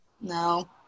No